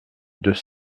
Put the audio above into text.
deux